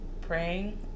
praying